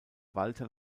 walter